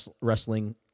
wrestling